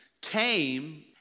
came